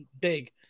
big